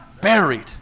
Buried